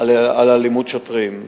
על אלימות שוטרים.